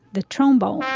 the trombone.